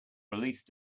release